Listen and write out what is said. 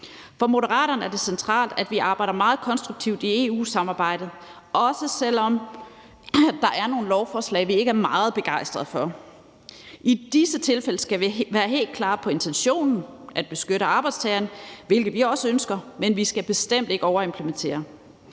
For Moderaterne er det centralt, at vi arbejder meget konstruktivt i EU-samarbejdet, også selv om der er nogle lovforslag, vi ikke er meget begejstret for. I disse tilfælde skal vi være helt klare med hensyn til intentionen, nemlig at beskytte arbejdstageren, hvilket vi også ønsker, men vi skal bestemt ikke overimplementere.